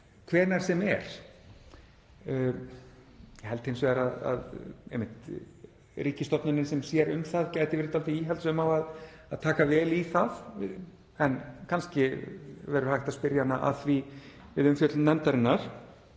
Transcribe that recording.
hvenær sem er. Ég held hins vegar að ríkisstofnunin sem sér um það gæti verið dálítið íhaldssöm á að taka vel í það, en kannski verður hægt að spyrja hana að því við umfjöllun nefndarinnar.